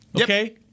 Okay